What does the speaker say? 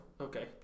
okay